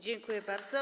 Dziękuję bardzo.